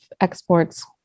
exports